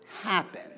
happen